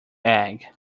egg